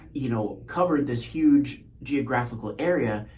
you know, covered this huge geographical area,